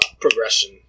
progression